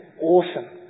awesome